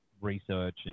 research